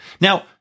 Now